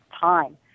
time